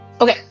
Okay